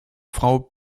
frau